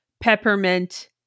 peppermint